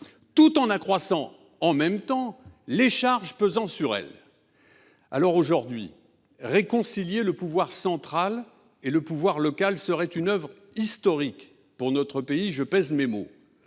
tout en accroissant en même temps les charges pesant sur elles. Aujourd’hui, réconcilier le pouvoir central et le pouvoir local apparaîtrait comme une œuvre historique pour notre pays ; je pèse mes mots.